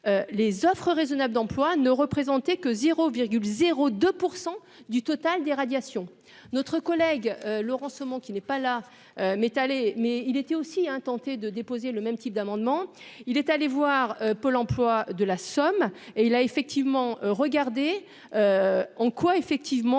les offres raisonnables d'emploi ne représentait que 0 0 2 % du total des radiations notre collègue, Laurent Somon, qui n'est pas là mais, mais il était aussi de déposer le même type d'amendements, il est allé voir Pôle emploi de la Somme et il a effectivement regarder en quoi effectivement